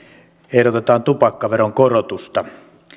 ehdotetaan tupakkaveron korotusta